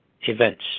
events